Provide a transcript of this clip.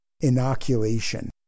inoculation